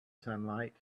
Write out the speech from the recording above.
sunlight